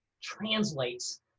translates